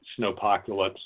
Snowpocalypse